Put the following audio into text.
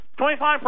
25%